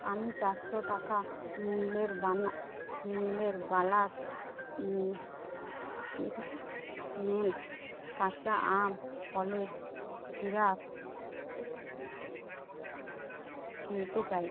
আমি চারশো টাকা মূল্যের বালা মূল্যের বালাস কী এটা কী মিলস কাঁচা আম ফলের সিরাপ কিনতে চাই